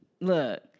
look